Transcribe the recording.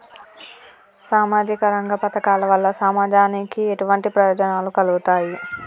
సామాజిక రంగ పథకాల వల్ల సమాజానికి ఎటువంటి ప్రయోజనాలు కలుగుతాయి?